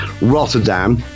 Rotterdam